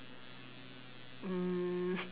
mm